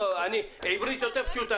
בעברית פשוטה.